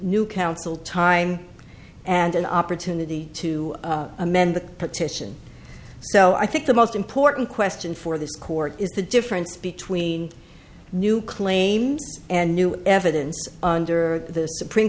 new counsel time and an opportunity to amend the petition so i think the most important question for this court is the difference between new claims and new evidence under the supreme